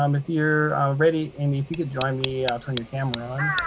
um if you're ready, amy, if you could join me, turn your camera on,